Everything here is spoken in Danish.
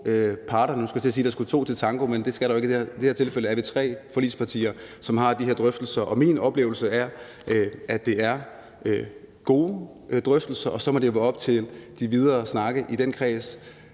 parterne. Nu skulle jeg til at sige, at der skulle to til tango, men det skal der jo ikke i det her tilfælde, hvor vi er tre forligspartier, som har de her drøftelser. Og min oplevelse er, at det er gode drøftelser, og så må det være op til de videre snakke i den kreds